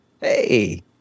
Hey